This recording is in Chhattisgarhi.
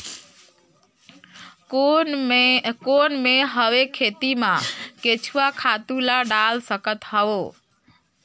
कौन मैं हवे खेती मा केचुआ खातु ला डाल सकत हवो?